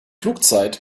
flugzeit